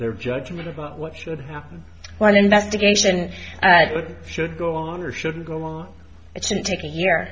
their judgment about what should happen when investigation should go on or shouldn't go on it shouldn't take a year